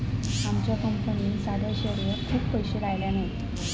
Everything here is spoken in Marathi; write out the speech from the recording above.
आमच्या कंपनीन साध्या शेअरवर खूप पैशे लायल्यान हत